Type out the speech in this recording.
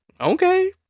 okay